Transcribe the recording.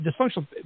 dysfunctional